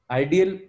ideal